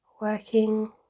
Working